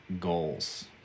goals